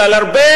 ועל הרבה,